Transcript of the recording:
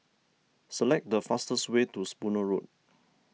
select the fastest way to Spooner Road